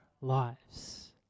lives